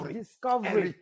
discovery